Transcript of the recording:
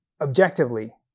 objectively